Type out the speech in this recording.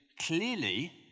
clearly